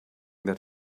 that